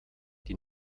die